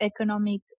economic